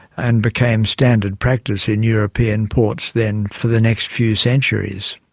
and became standard practice in european ports then for the next few centuries.